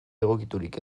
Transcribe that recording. egokiturik